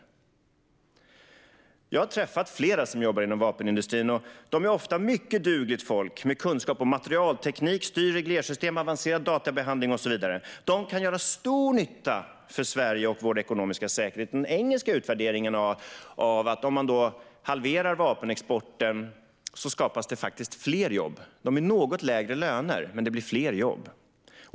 Jag har träffat flera personer som jobbar inom vapenindustrin, och det är ofta mycket dugligt folk med kunskap om materialteknik, styr och reglersystem, avancerad databehandling och så vidare. De kan göra stor nytta för Sverige och vår ekonomiska säkerhet. I en engelsk utvärdering av vad som händer om man halverar vapenexporten visas att det faktiskt skapas fler jobb. Lönerna blir något lägre, men jobben blir fler.